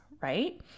right